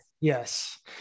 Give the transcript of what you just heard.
yes